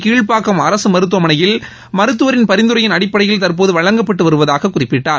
கீழ்பாக்கம் அரசு மருத்துவமனையில் மருந்துவரின் பரிந்துரையின் அடிப்படையில் தற்போது சென்னை வழங்கப்பட்டு வருவதாக குறிப்பிட்டார்